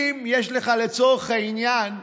אם יש לך, לצורך העניין,